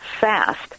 fast